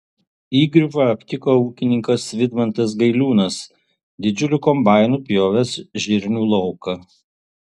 įgriuvą aptiko ūkininkas vidmantas gailiūnas didžiuliu kombainu pjovęs žirnių lauką